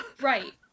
Right